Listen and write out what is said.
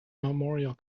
memorial